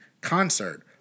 concert